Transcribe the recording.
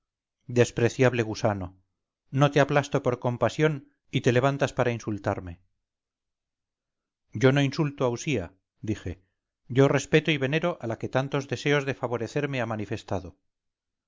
despreciable gusano no te aplasto por compasión y te levantas para insultarme yo no insulto a usía dije yo respeto y venero a la que tantos deseos de favorecerme ha manifestado